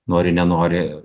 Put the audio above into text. nori nenori